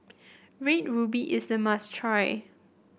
Red Ruby is a must try